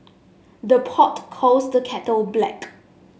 the pot calls the kettle black